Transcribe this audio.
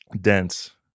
dense